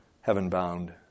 heaven-bound